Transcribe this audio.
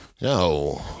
No